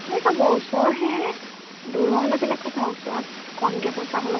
হৈ যাব ওচৰহে দূৰৰ হ'লে বেলেগ কথা ওচৰত কমকৈ পইচা হ'লেও